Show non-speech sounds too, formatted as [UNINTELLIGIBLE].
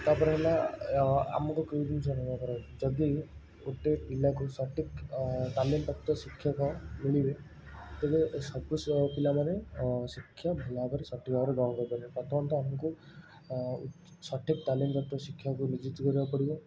ତା'ପରେ ହେଲା ଆ ଆମକୁ କେଉଁ ଜିନିଷରେ [UNINTELLIGIBLE] କରାଯାଉଛି ଯଦି ଗୋଟେ ପିଲାକୁ ସଠିକ୍ ତାଲିମପ୍ରାପ୍ତ ଶିକ୍ଷକ ମିଳିବେ ତେବେ ଏ ସବୁ ସ ପିଲାମାନେ ଶିକ୍ଷା ଭଲଭାବରେ ସଠିକ୍ ଭାବରେ ଗ୍ରହଣ କରିପାରିବେ ପ୍ରଥମତଃ ଆମକୁ ସଠିକ୍ ତାଲିମପ୍ରାପ୍ତ ଶିକ୍ଷକ ନିଯୁକ୍ତି କରିବାକୁ ପଡ଼ିବ